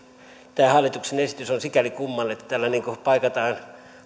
tämä hallituksen esitys on sikäli kummallinen että tällä niin kuin paikataan